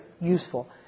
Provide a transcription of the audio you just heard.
useful